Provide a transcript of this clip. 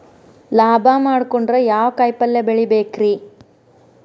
ಲಾಭ ಮಾಡಕೊಂಡ್ರ ಯಾವ ಕಾಯಿಪಲ್ಯ ಬೆಳಿಬೇಕ್ರೇ?